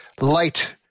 Light